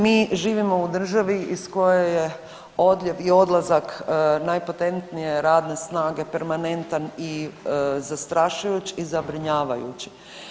Mi živimo u državi iz koje je odljev i odlazak najpotentnije radne snage permanentan i zastrašujuć i zabrinjavajući.